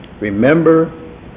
Remember